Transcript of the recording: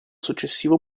successivo